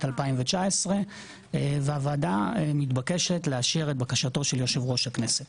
2019. הוועדה מתבקשת לאשר את בקשתו של יושב-ראש הכנסת.